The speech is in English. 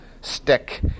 stick